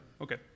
Okay